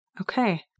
Okay